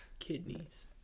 Kidneys